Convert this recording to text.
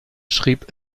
schrieb